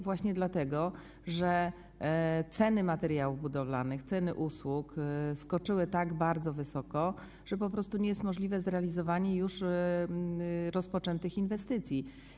Właśnie dlatego, że ceny materiałów budowlanych, ceny usług skoczyły tak bardzo wysoko, że po prostu nie jest możliwe zrealizowanie już rozpoczętych inwestycji.